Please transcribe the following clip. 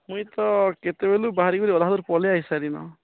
ମୁଇଁ ତ କେତେ ବେଲୁ ବାହାରି କରି ଅଧା ଦୂର୍ ପଲେଇ ଆଇସାରିଲନ୍